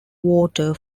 water